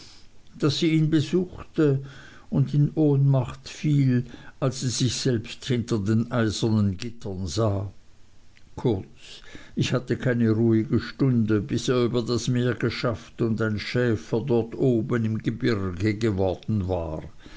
daß sie ihn besuchte und in ohnmacht fiel als sie sich selbst hinter den eisernen gittern sah kurz ich hatte keine ruhige stunde bis er über das meer geschafft und ein schäfer dort oben im gebirge geworden war